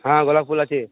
হ্যাঁ গোলাপ ফুল আছে